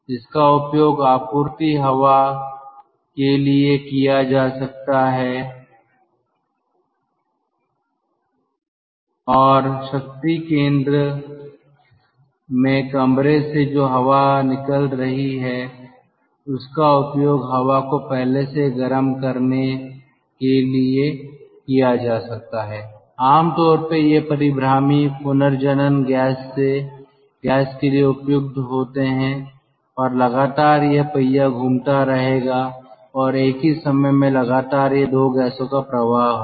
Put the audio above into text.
इसका उपयोग आपूर्ति हवा के लिए किया जा सकता है और शक्ति केंद्र में कमरे से जो हवा निकल रही है उसका उपयोग हवा को पहले से गरम करने के लिए किया जा सकता है आम तौर पर ये परीभ्रामी पुनर्जनन गैस से गैस के लिए उपयुक्त होते हैं और लगातार यह पहिया घूमता रहेगा और एक ही समय में लगातार ये 2 गैसों का प्रवाह होगा